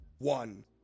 One